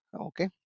Okay